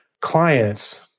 clients